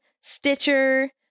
Stitcher